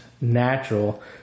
natural